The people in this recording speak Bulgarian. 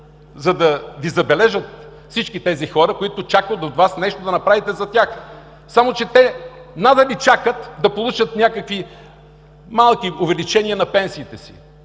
за да Ви забележат всички тези хора, които чакат от Вас да направите нещо за тях? Само че те надали чакат да получат някакви малки увеличения на пенсиите си.